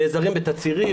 נעזרים בתצהירים,